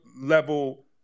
level